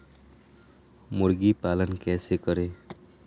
मुर्गी पालन कैसे करें?